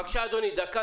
בקשה מוניב בדר.